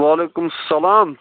وعلیکُم سَلام